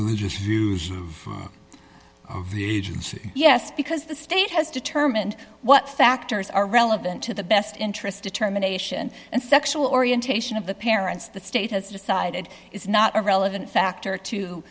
religious views of the agency yes because the state has determined what factors are relevant to the best interest determination and sexual orientation of the parents the state has decided is not a relevant factor to